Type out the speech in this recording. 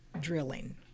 drilling